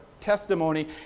testimony